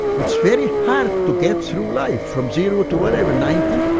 it's very hard to get through life from zero to whatever ninety,